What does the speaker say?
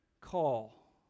call